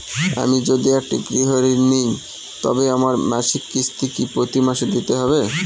আমি যদি একটি গৃহঋণ নিই তবে আমার মাসিক কিস্তি কি প্রতি মাসে দিতে হবে?